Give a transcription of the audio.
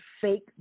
fake